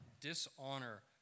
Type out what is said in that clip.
dishonor